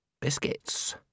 Biscuits